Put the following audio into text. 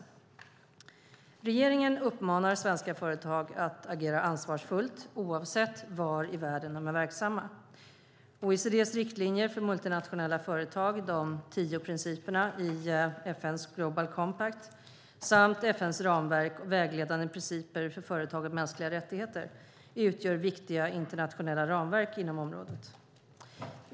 Regeringen uppmanar svenska företag att agera ansvarsfullt, oavsett var i världen de är verksamma. OECD:s riktlinjer för multinationella företag, de tio principerna i FN:s Global Compact samt FN:s ramverk och vägledande principer för företag och mänskliga rättigheter utgör viktiga internationella ramverk inom området.